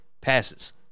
passes